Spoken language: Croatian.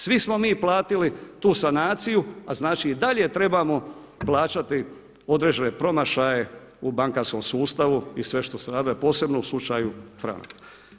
Svi smo mi platili tu sanaciju, a znači i dalje trebamo plaćati određene promašaje u bankarskom sustavu i sve što ste radili, a posebno u slučaju franak.